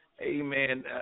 amen